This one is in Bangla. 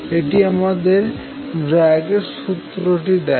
এটি আমাদের ব্রাগের সূত্রটি দেয়